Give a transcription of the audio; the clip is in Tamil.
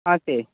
ஆ சரி